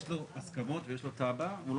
יש לו הסכמות ויש לו תב"ע והוא לא